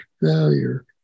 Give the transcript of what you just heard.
failure